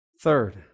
Third